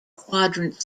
quadrant